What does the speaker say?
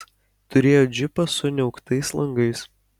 turėjo džipą su niauktais langais